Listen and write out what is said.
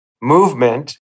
movement